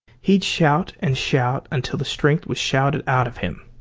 he'd shout and shout until the strength was shouted out of him,